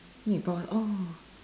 meatball oh